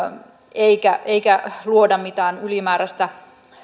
eikä luoda mitään ylimääräistä